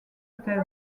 thèse